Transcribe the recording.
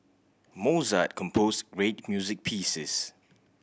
Mozart composed great music pieces